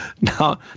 now